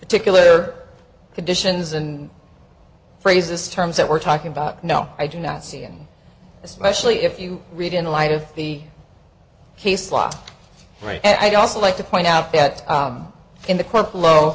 particular conditions and phrases terms that we're talking about no i do not see and especially if you read in light of the case law right and i'd also like to point out that in the corp lo